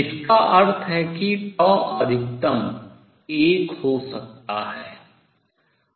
इसका अर्थ है कि अधिकतम एक हो सकता है